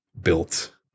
built